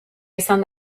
izan